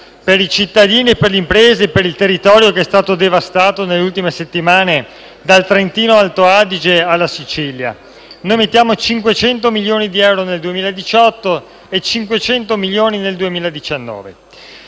per i cittadini, per le imprese e per il territorio che è stato devastato nelle ultime settimane, dal Trentino-Alto Adige alla Sicilia. Dunque proponiamo di stanziare 500 milioni di euro nel 2018 e 500 milioni di euro